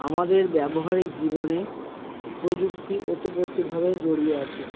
আমাদের ব্যবহারিক জীবনে প্রযুক্তি ওতপ্রোতভাবে জড়িয়ে আছে